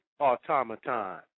automaton